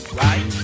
right